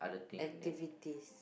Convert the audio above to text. activities